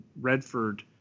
Redford